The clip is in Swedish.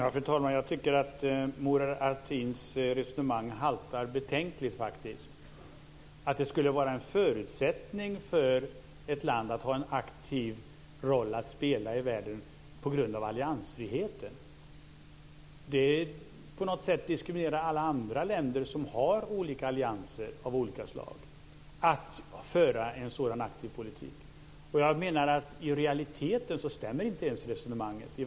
Fru talman! Jag tycker att Murad Artins resonemang haltar betänkligt. Att det skulle vara en förutsättning för ett land att spela en aktiv roll i världen på grund av alliansfriheten diskriminerar på något sätt alla andra länder som är med i olika allianser att föra en sådan aktiv politik. I verkligheten stämmer inte det resonemanget.